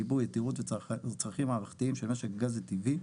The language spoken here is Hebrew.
גיבוי וצרכים מערכתיים של משק הגז הטבעי.